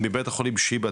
מבית החולים שיבא,